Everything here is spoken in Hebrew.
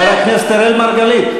חבר הכנסת אראל מרגלית.